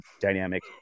dynamic